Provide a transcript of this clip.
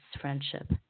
friendship